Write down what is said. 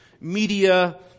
media